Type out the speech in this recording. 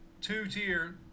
two-tier